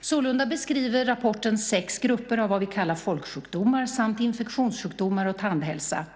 Sålunda beskriver rapporten sex grupper av vad vi kallar folksjukdomar samt infektionssjukdomar och tandhälsa.